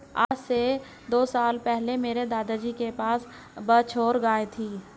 आज से दो साल पहले मेरे दादाजी के पास बछौर गाय थी